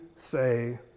say